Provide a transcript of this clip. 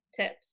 tips